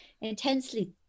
intensely